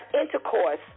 intercourse